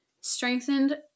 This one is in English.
strengthened